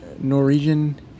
Norwegian